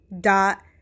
dot